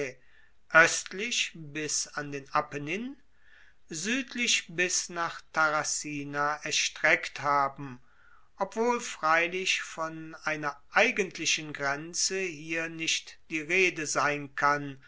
oestlich bis an den apennin suedlich bis nach tarracina erstreckt haben obwohl freilich von einer eigentlichen grenze hier nicht die rede sein kann